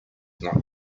not